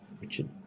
Richard